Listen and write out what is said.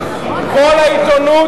על מה שעשיתם,